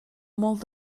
molt